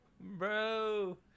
bro